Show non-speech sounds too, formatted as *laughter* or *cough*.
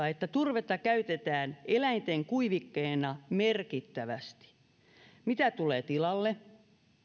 *unintelligible* että turvetta käytetään eläinten kuivikkeena merkittävästi mitä tulee tilalle